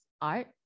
art